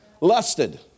lusted